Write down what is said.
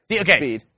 Okay